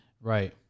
Right